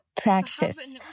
practice